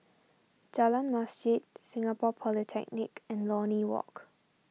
Jalan Masjid Singapore Polytechnic and Lornie Walk